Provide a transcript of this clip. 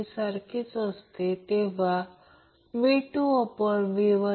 फक्त हे उत्तर तपासा मला वाटते की हे उत्तर बरोबर आहे कदाचित मी हे चुकवले ते ω0 असेल